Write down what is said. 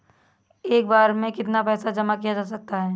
एक बार में कितना पैसा जमा किया जा सकता है?